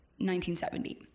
1970